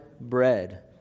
bread